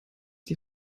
die